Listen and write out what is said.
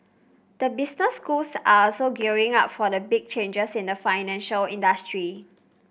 the business schools are also gearing up for the big changes in the financial industry